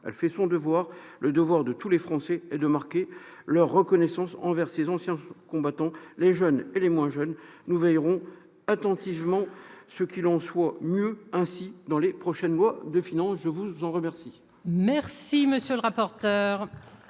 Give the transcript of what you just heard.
Elle fait son devoir. Le devoir de tous les Français est de marquer leur reconnaissance envers ses anciens combattants, les jeunes et les moins jeunes. Nous veillerons attentivement à ce qu'il en soit mieux ainsi dans les prochaines lois de finances. La parole est à M.